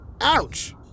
ouch